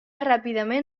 ràpidament